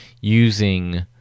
using